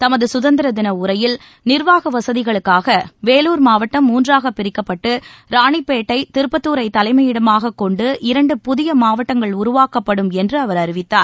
தமது சுதந்திர தின உரையில் நிர்வாக வசதிகளுக்காக வேலூர் மாவட்டம் மூன்றாக பிரிக்கப்பட்டு ராணிப்பேட்டை திருப்பத்துரை தலைமையிடமாகக் கொண்டு இரண்டு புதிய மாவட்டங்கள் உருவாக்கப்படும் என்று அவர் தெரிவித்தார்